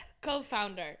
co-founder